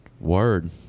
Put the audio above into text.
Word